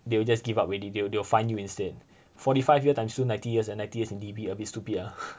they will just give up already they they'll find new instead forty five year times two ninety years eh ninety years in D_B a bit stupid ah